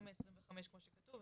לא מעשרים וחמש כמו שכתוב.